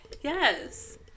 Yes